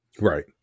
Right